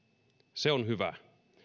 se on hyvä